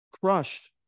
crushed